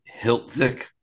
hiltzik